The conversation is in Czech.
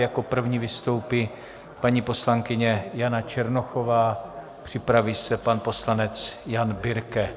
Jako první vystoupí paní poslankyně Jana Černochová, připraví se pan poslanec Jan Birke.